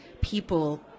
people